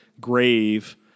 grave